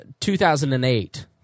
2008